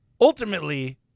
ultimately